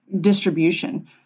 distribution